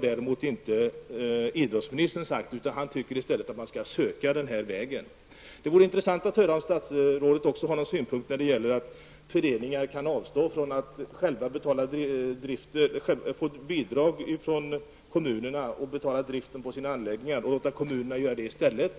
Däremot anser idrottsministern att man kan försöka gå den vägen. Det vore också intressant att få höra om statsrådet har några synpunkter på tanken att föreningarna skulle avstå från anslag till driften av anläggningarna och att man i stället skulle låta kommunen svara för den uppgiften.